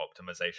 optimization